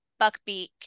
Buckbeak